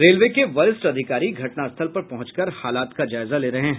railway के वरिष्ठ अधिकारी घटनास्थल पर पहुंच कर हालात का जायजा ले रहे हैं